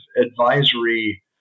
advisory